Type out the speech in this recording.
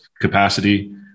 capacity –